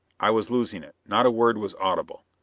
i was losing it not a word was audible.